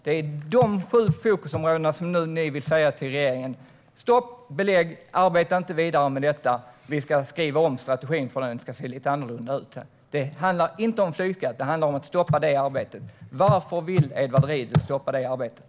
Det är dessa sju fokusområden det handlar om när ni nu vill säga till regeringen: Stopp och belägg! Arbeta inte vidare med detta! Vi ska skriva om strategin så att den ser lite annorlunda ut sedan. Det handlar inte om flygskatt, utan det handlar om att stoppa detta arbete. Varför vill Edward Riedl stoppa arbetet?